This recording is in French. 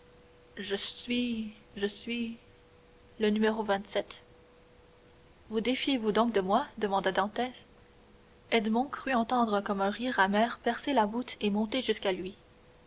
je suis je suis le numéro vous défiez-vous donc de moi demanda dantès edmond crut entendre comme un rire amer percer la voûte et monter jusqu'à lui